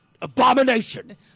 abomination